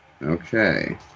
Okay